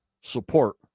support